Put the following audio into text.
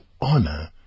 honor